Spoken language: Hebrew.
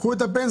קחו את הפנסיות.